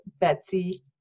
betsy